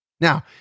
Now